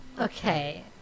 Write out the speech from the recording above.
okay